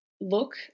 look